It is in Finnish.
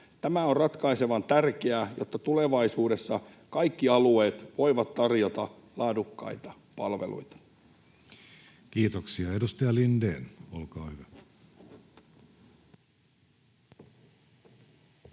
Tämä on ratkaisevan tärkeää, jotta tulevaisuudessa kaikki alueet voivat tarjota laadukkaita palveluita. Kiitoksia. — Edustaja Lindén, olkaa hyvä.